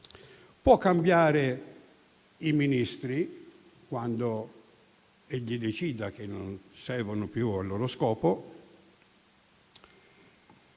può cambiare i Ministri quando egli decida che non servono più al loro scopo